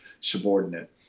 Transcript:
subordinate